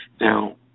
Now